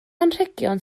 anrhegion